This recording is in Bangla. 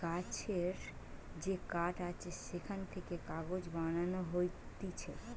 গাছের যে কাঠ আছে সেখান থেকে কাগজ বানানো হতিছে